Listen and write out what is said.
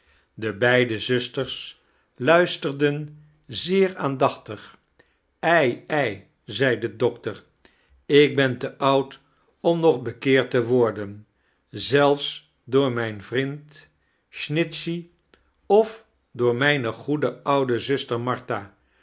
de beide zusters luisterden zeer aandachtig ei ei zei de doctor ik ben te oud om nog bekeerd te worden zelfs door mijn vriend snitchey of door mijne goede oude zuster martha